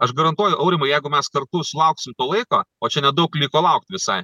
aš garantuoju aurimai jeigu mes kartu sulauksim to laiko o čia nedaug liko laukt visai